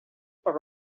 per